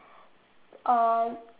uh